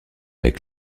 avec